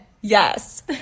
Yes